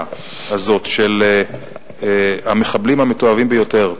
הזאת של המחבלים המתועבים ביותר?